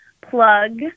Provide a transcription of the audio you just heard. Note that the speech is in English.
plug